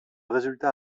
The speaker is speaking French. résultat